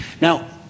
Now